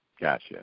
gotcha